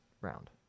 round